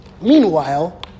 Meanwhile